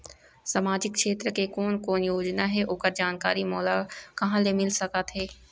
सामाजिक क्षेत्र के कोन कोन योजना हे ओकर जानकारी मोला कहा ले मिल सका थे?